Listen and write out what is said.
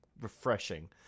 refreshing